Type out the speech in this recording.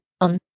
On